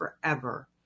forever